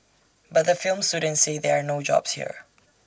but the film students say there are no jobs here